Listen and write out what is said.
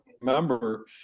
remember